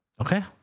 Okay